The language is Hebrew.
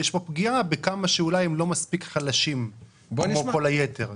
יש פה פגיעה בכמה שאולי הם לא מספיק חלשים כמו כל היתר.